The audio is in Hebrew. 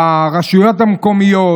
ברשויות המקומיות,